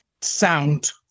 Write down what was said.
sound